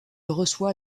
reçoit